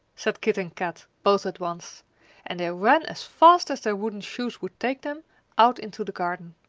said kit and kat, both at once and they ran as fast as their wooden shoes would take them out into the garden.